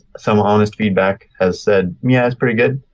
some honest feedback has said yeah it's pretty good.